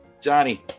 Johnny